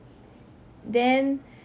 then